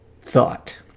thought